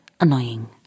annoying